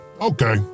Okay